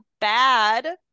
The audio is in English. bad